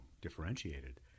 differentiated